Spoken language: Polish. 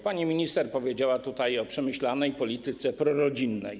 Pani minister powiedziała tutaj o przemyślanej polityce prorodzinnej.